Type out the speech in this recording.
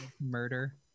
murder